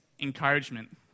encouragement